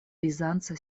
bizanca